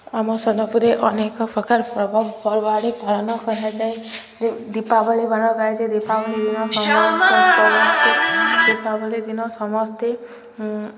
ଆମ ସୋନପୁରେ ଅନେକ ପ୍ରକାର ପର୍ବପର୍ବାଣି ପାଳନ କରାଯାଏ ଦୀପାବଳି ପାଳନ କରାଯଏ ଦୀପାବଳି ଦିନ ଦୀପାବଳି ଦିନ ସମସ୍ତେ